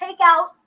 takeout